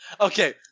okay